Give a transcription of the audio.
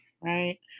right